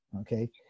Okay